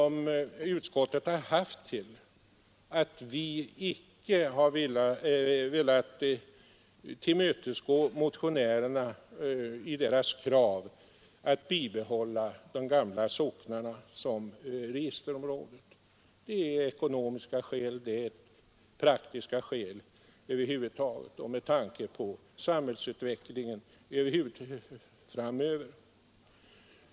Utskottets skäl för att inte tillmötesgå motionärernas krav att bibehålla de gamla socknarna som registerområden är alltså av ekonomisk och praktisk art och sammanhänger med samhällets utveckling framöver.